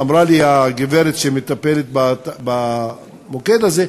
אמרה לי הגברת שמטפלת במוקד הזה,